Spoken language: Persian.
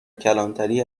کلانتری